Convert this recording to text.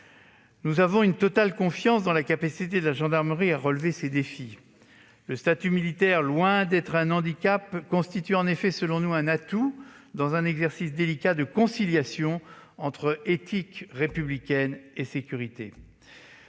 Nous avons une totale confiance dans la capacité de la gendarmerie à relever ces défis. En effet, le statut militaire, loin d'être un handicap, constitue selon nous un atout dans cet exercice délicat de conciliation entre éthique républicaine et sécurité.